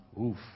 Oof